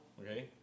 okay